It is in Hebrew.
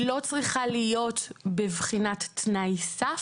היא לא צריכה להיות בבחינת תנאי סף,